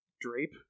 Drape